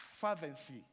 fervency